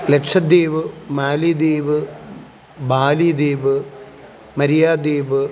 ലക്ഷദ്വീപ് മാലിദ്വീപ് ബാലിദ്വീപ് മരിയാദ്വീപ്